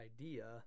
idea